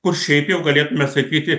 kur šiaip jau galėtume sakyti